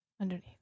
underneath